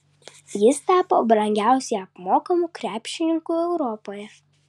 jis tapo brangiausiai apmokamu krepšininku europoje